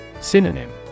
Synonym